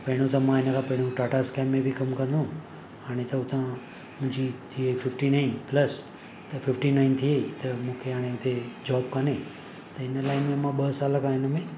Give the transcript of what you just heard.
त पहिरियों त मां हिनखां पहिरियों टाटा इस्केम में बि कमु कंदो हुयमि हाणे त हुतां मुंहिंजी एज थी वई फिफ्टी नाइन प्लस त फिफ्टी नाइन थी वई त मूंखे हाणे हुते जॉब कान्हे त हिन लाइन में मां ॿ साल खां हिनमें